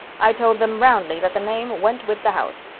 i told them roundly that the name went with the house.